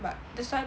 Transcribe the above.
but that's why